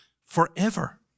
forever